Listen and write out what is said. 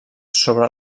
sobre